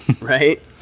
right